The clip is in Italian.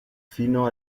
fino